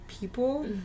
people